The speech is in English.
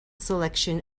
selection